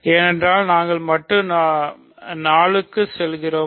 ஏனென்றால் நாங்கள் மட்டு 4 க்கு செல்கிறோம்